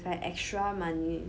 like extra money